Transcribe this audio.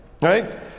Right